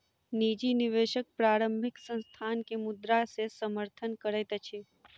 निजी निवेशक प्रारंभिक संस्थान के मुद्रा से समर्थन करैत अछि